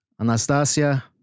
Anastasia